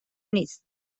نیست